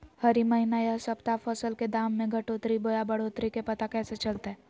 हरी महीना यह सप्ताह फसल के दाम में घटोतरी बोया बढ़ोतरी के पता कैसे चलतय?